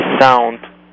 sound